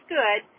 good